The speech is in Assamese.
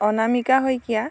অনামিকা শইকীয়া